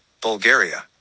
Bulgaria